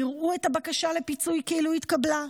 יראו את הבקשה לפיצוי כאילו היא התקבלה.